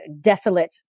desolate